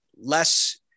less